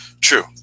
True